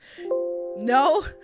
no